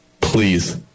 Please